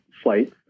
flights